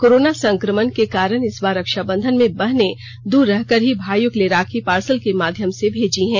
corona संक्रमण के कारण इस बार रक्षा बंधन में बहने दूर रहकर ही भाइयों के लिए राखी पार्सल के माध्यम से भेजी हैं